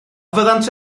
fyddant